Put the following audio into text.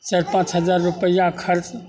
चारि पाँच रूपैआ खर्च